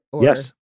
yes